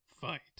fight